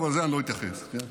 טוב, לזה אני לא אתייחס, כן?